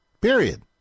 Period